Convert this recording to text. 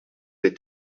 des